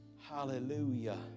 Hallelujah